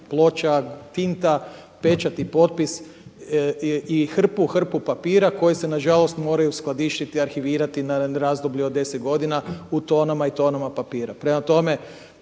ploča tinta pečat i potpis i hrpu, hrpu papira koje se na žalost moraju skladištiti, arhivirati na razdoblju od 10 godina u tonama i tonama papira. Prema tome,